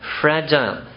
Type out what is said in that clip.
fragile